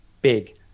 Big